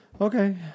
Okay